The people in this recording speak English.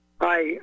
Hi